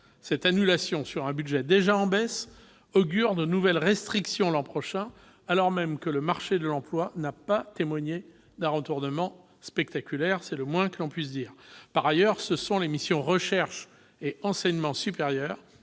Cette annulation sur un budget en baisse augure de nouvelles restrictions l'an prochain, alors même que le marché de l'emploi n'a pas témoigné d'un retournement spectaculaire, c'est le moins que l'on puisse dire. Par ailleurs, ce sont les missions « Recherche et enseignement supérieur